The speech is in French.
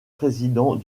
présidents